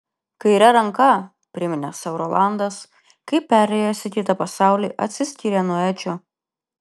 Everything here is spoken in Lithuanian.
kaire ranka priminė sau rolandas kai perėjęs į kitą pasaulį atsiskyrė nuo edžio